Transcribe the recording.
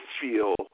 feel